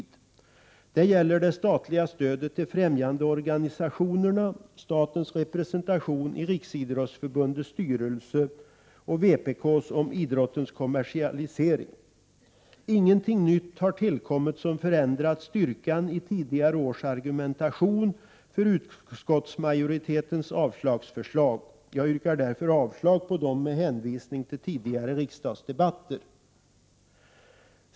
Det gäller det statliga stödet till främjandeorganisationerna, statens representation i Riksidrottsförbundets styrelse och vpk:s reservation om idrottens kommersialisering. Ingenting har tillkommit som förändrat styrkan i tidigare års argumentation för utskottsmajoritetens avslagsförslag. Jag yrkar därför avslag på reservationerna med hänvisning till tidigare riksdagsdebatter.